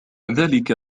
ذلك